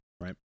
right